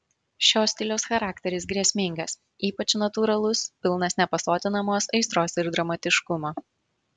šio stiliaus charakteris grėsmingas ypač natūralus pilnas nepasotinamos aistros ir dramatiškumo